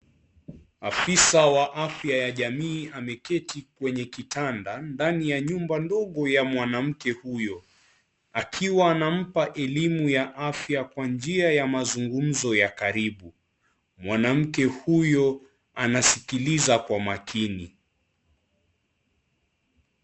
Afisa wa afya ya jamii ,ameketi kwenye kitanda ndani ya nyumba ndogo ya mwanamke huyo akiwa anampa elimu ,ya afya kwa njia ya mazungumzo ya karibu mwanamke huyo anaskiliza kwa makini.